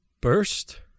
burst